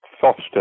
foster